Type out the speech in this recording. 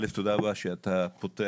א', תודה רבה שאתה פותח